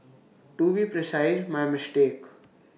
to be precise my mistake